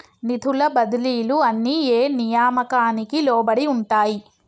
నిధుల బదిలీలు అన్ని ఏ నియామకానికి లోబడి ఉంటాయి?